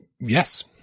Yes